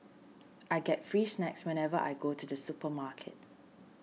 I get free snacks whenever I go to the supermarket